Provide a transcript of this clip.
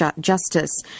justice